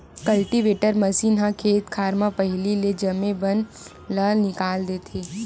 cultivator machine ह खेत खार म पहिली ले जामे बन ल निकाल देथे